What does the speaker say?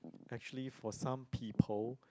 actually for some people